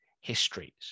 histories